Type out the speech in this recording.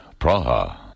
Praha